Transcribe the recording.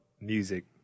music